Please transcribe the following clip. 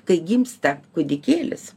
kai gimsta kūdikėlis